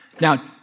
Now